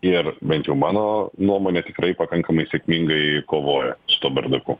ir bent jau mano nuomone tikrai pakankamai sėkmingai kovoja su tuo bardaku